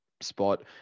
spot